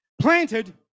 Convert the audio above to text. Planted